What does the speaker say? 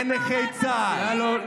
בצבא ההגנה לליברמן מצדיעים,